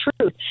truth